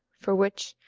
for which,